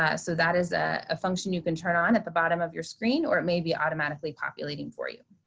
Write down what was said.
ah so that is a ah function you can turn on at the bottom of your screen, or it may be automatically populating for you.